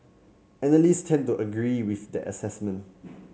analysts tend to agree with that assessment